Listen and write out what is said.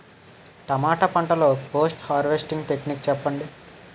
టమాటా పంట లొ post harvesting techniques చెప్పండి?